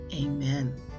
Amen